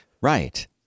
Right